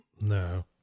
No